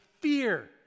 fear